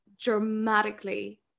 dramatically